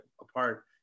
apart